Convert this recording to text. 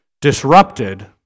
disrupted